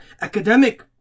academic